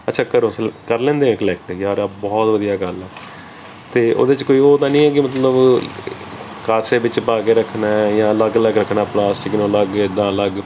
ਅੱਛਾ ਘਰੋਂ ਸ ਕਰ ਲੈਂਦੇ ਆ ਕਲੈਕਟ ਯਾਰ ਇਹ ਬਹੁਤ ਵਧੀਆ ਗੱਲ ਹੈ ਅਤੇ ਉਹਦੇ 'ਚ ਕੋਈ ਉਹ ਤਾਂ ਨਹੀਂ ਹੈਗੀ ਮਤਲਬ ਕਾਸੇ ਵਿੱਚ ਪਾ ਕੇ ਰੱਖਣਾ ਜਾਂ ਅਲੱਗ ਅਲੱਗ ਰੱਖਣਾ ਪਲਾਸਟਿਕ ਨੂੰ ਅਲੱਗ ਇੱਦਾਂ ਅਲੱਗ